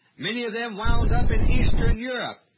many of them wound up in eastern europe,